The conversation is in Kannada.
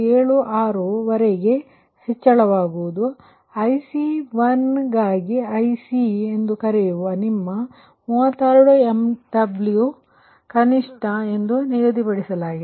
76 ವರೆಗೆ ಏಕೆಂದರೆ ಇಲ್ಲಿ ನೀವು IC1 ಗಾಗಿ IC ಎಂದು ಕರೆಯುವ ನಿಮ್ಮ 32 MW ಕನಿಷ್ಠ ಎಂದು ನಿಗದಿಪಡಿಸಲಾಗಿದೆ